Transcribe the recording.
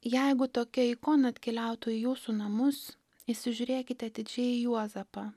jeigu tokia ikona atkeliautų į jūsų namus įsižiūrėkite atidžiai į juozapą